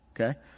Okay